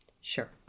Sure